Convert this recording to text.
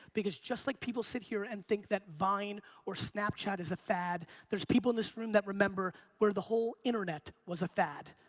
because just like people sit here and think that vine or snapchat is a fad, there's people in this room that remember where the whole internet was a fad.